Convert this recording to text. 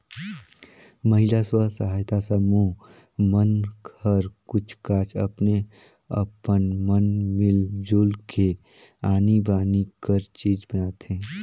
महिला स्व सहायता समूह मन हर कुछ काछ अपने अपन मन मिल जुल के आनी बानी कर चीज बनाथे